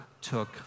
took